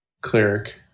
cleric